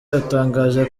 yatangaje